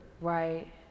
Right